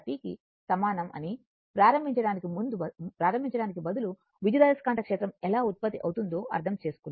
కి సమానం అని ప్రారంభించడానికి బదులు విద్యుదయస్కాంత క్షేత్రం ఎలా ఉత్పత్తి అవుతుందో అర్థం చేసుకున్నాను